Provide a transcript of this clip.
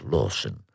Lawson